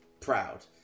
proud